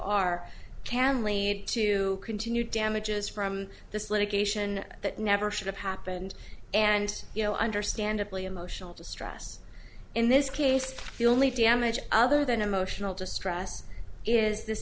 are can lead to continued damages from this litigation that never should have happened and you know understandably emotional distress in this case the only damage other than emotional distress is this